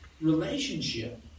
relationship